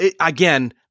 again